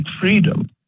freedom